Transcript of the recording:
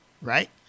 Right